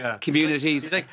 Communities